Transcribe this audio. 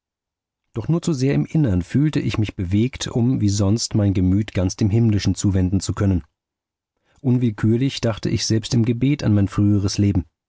doch nur zu sehr im innern fühlte ich mich bewegt um wie sonst mein gemüt ganz dem himmlischen zuwenden zu können unwillkürlich dachte ich selbst im gebet an mein früheres leben